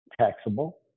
taxable